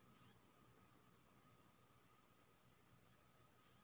Cross परागण से गुलाब के खेती म फायदा होयत की नय?